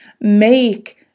make